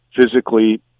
physically